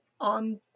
on